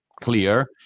clear